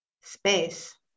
space